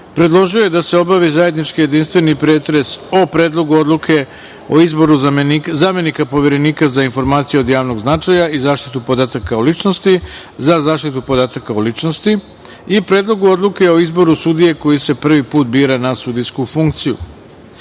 predložio je da se obavi zajednički jedinstveni pretres o Predlogu odluke o izboru zamenika Poverenika za informacije od javnog značaja i zaštitu podataka o ličnosti - za zaštitu podataka o ličnosti i Predlogu odluke o izboru sudije koji se prvi put bira na sudijsku funkciju. Da